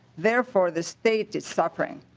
therefore the state is suffering.